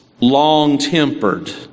long-tempered